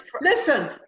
listen